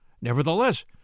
Nevertheless